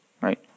right